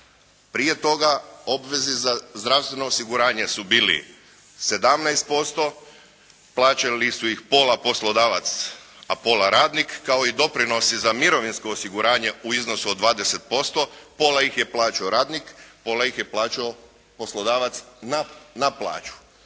Prije toga obveze za zdravstveno osiguranje su bili 17%, plaćali su ih pola poslodavac, a pola radnik kao i doprinosi za mirovinsko osiguranje u iznosu od 20%, pola ih je plaćao radnik, pola ih je plaćao poslodavac na plaću.